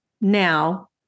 now